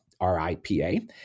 R-I-P-A